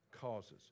causes